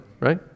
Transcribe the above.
right